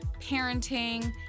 parenting